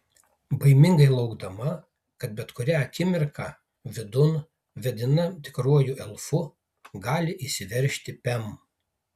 baimingai laukdama kad bet kurią akimirką vidun vedina tikruoju elfu gali įsiveržti pem